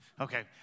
Okay